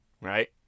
Right